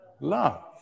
love